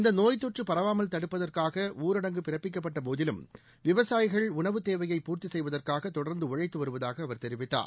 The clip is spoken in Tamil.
இந்த நோய் தொற்று பரவாமல் தடுப்பதற்காக ஊரடங்கு பிறப்பிக்கப்பட்டபோதிலும் விவசாயிகள் உணவு தேவையை பூர்த்தி செய்வதற்காக தொடர்ந்து உழைத்து வருவதாக அவர் தெரிவித்தார்